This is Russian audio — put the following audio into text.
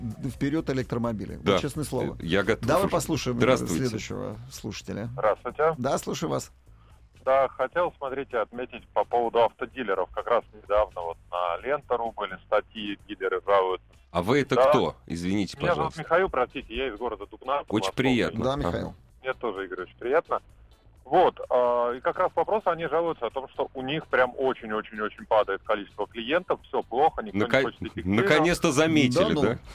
Вперед электромобили. Да. Честное Э, слово. я готов Давай уже. послушаем, э, Здравствуйте. следующего слушателя. Здравствуйте. Да, слушаю вас. Да, хотел, смотрите, отметить по поводу автодилеров. Как раз недавно вот на Ленте.ру были статьи, дилеры жалуются. А вы это Да. кто? Извините, Меня зовут пожалуйста. Михаил, простите, я из города Дубна, Очень подмосковный. приятно. Да, Ага. Михаил. Мне тоже, Игорь, очень приятно. Вот, а, и как раз вопрос, они жалуются о том, что у них прям очень-очень-очень падает количество клиентов, всё плохо, никто не Нака- хочет идти к дилерам. наконец-то заметили, Да ну. да?